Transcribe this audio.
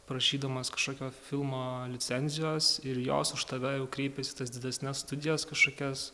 prašydamas kažkokio filmo licenzijos ir jos už tave jau kreipiasi tas didesnes studijas kažkokias